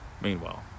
Meanwhile